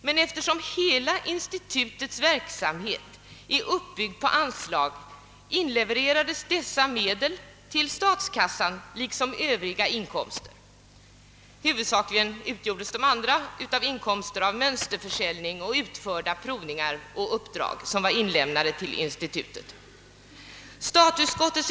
Men eftersom hela verksamheten vid institutet är uppbyggd på anslag, inlevererades dessa medel jämte övriga inkomster till statskassan. Dessa övriga inkomster utgjordes huvudsakligen av ersättning för mönsterförsäljning och utförda provningar och uppdrag som inlämnats till institutet.